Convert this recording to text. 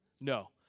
No